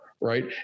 right